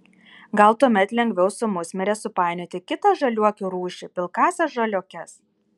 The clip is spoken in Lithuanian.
gal tuomet lengviau su musmire supainioti kitą žaliuokių rūšį pilkąsias žaliuokes